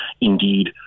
indeed